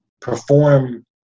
perform